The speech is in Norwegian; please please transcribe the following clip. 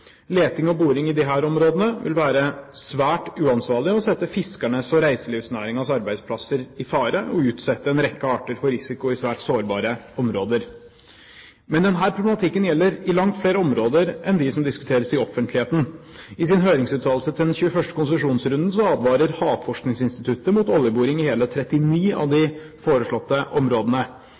Leting og boring i disse områdene vil være svært uansvarlig og sette fiskernes og reiselivsnæringens arbeidsplasser i fare, og utsette en rekke arter for risiko i svært sårbare områder. Men denne problematikken gjelder i langt flere områder enn dem som diskuteres i offentligheten. I sin høringsuttalelse til den 21. konsesjonsrunden advarer Havforskningsinstituttet mot oljeboring i hele 39 av de foreslåtte områdene.